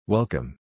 Welcome